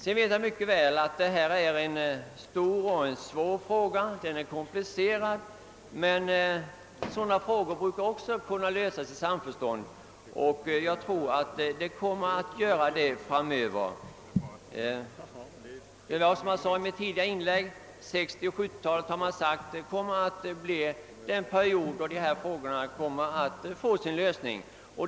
Jag vet mycket väl att detta är en stor och svår fråga, den är komplicerad, men även sådana frågor brukar kunna lösas i samförstånd. Jag tror också att det kommer att ske framöver. Som jag nämnde i mitt tidigare inlägg har det sagts att 1960 och 1970-talen blir en period då dessa frågor får sin lösning.